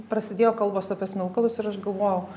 prasidėjo kalbos apie smilkalus ir aš galvojau